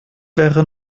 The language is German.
wäre